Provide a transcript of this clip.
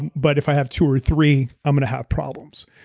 but if i have two or three, i'm going to have problems.